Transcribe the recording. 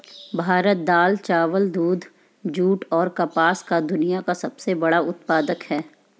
भारत दाल, चावल, दूध, जूट, और कपास का दुनिया का सबसे बड़ा उत्पादक है